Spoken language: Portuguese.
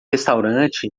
restaurante